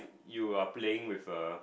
you are playing with a